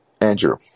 Andrew